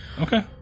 Okay